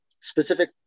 specific